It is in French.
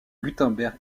gutenberg